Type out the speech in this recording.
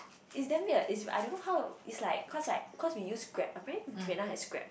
it's damn weird is I don't know how it's like cause like cause we use Grab apparently Vietnam has Grab